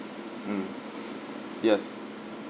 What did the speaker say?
mm yes